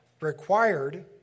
required